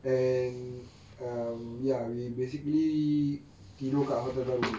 and um ya we basically tidur kat hotel baru